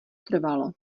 trvalo